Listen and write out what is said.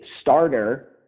starter